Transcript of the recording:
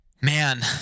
Man